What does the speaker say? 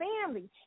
family